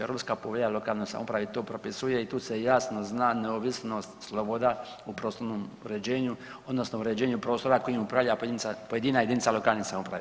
Europska povelja o lokalnoj samoupravi to propisuje i tu se jasno zna neovisnost, sloboda u prostornom uređenju odnosno uređenju prostora kojim upravlja pojedina jedinica lokalne samouprave.